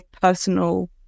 personal